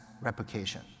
replication